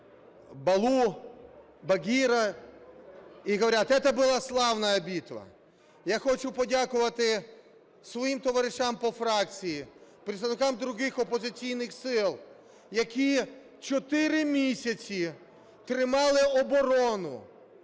Балу, Багіра і говорять: "Это была славная битва". Я хочу подякувати своїм товаришам по фракції, представникам других опозиційних сил, які 4 місяці тримали оборону,